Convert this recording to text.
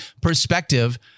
perspective